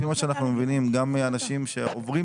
לפי מה שאנחנו מבינים גם מאנשים שעוברים